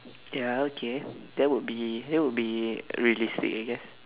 ya okay that would be that would be realistic I guess